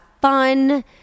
fun